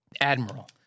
Admiral